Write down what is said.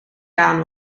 daan